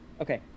Okay